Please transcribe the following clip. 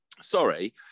Sorry